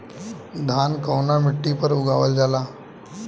धान कवना मिट्टी पर उगावल जाला?